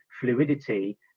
fluidity